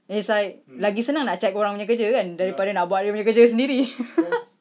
is like lagi senang nak check orang punya kerja kan daripada nak buat you punya kerja sendiri